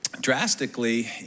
drastically